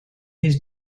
his